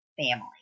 family